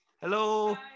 Hello